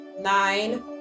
nine